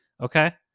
okay